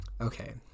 Okay